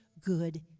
good